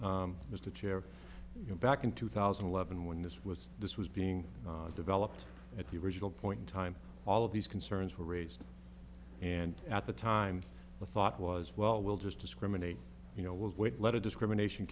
clarification mr chair you know back in two thousand and eleven when this was this was being developed at the original point in time all of these concerns were raised and at the time the thought was well we'll just discriminate you know we'll wait let a discrimination